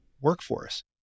workforce